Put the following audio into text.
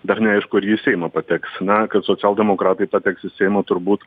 dar neaišku ar ji į seimą pateks na kad socialdemokratai pateks į seimą turbūt